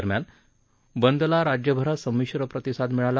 दरम्यान बंदला राज्यभरात संमिश्र प्रतिसाद मिळाला